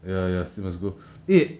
ya yes must go eh